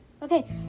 Okay